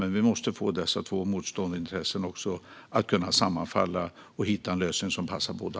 Men vi måste få dessa två motstående intressen att sammanfalla och hitta en lösning som kan passa båda.